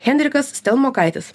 henrikas stelmokaitis